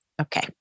Okay